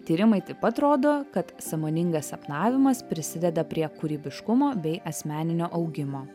tyrimai taip pat rodo kad sąmoningas sapnavimas prisideda prie kūrybiškumo bei asmeninio augimo